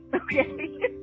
Okay